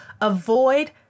avoid